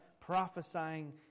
prophesying